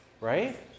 right